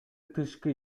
тышкы